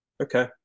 Okay